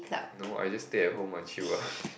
no I just stay at home and chill ah